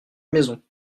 maisons